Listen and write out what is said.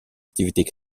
activités